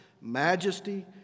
majesty